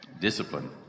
discipline